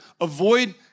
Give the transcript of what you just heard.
Avoid